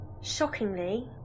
Shockingly